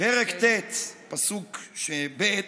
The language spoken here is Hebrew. פרק ט', פסוק ב',